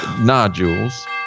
nodules